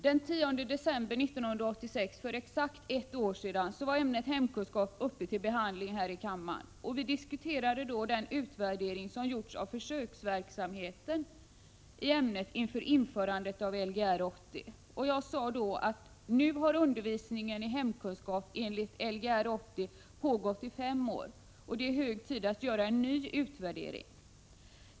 Den 10 december 1986, för exakt ett år sedan, var ämnet hemkunskap uppe till behandling här i kammaren, och vi diskuterade då den utvärdering som gjorts av försöksverksamheten i ämnet inför införandet av Lgr 80. Jag sade då: ”Nu har undervisningen i hemkunskap enligt Lgr 80 pågått i fem år, och det är hög tid att göra en utvärdering.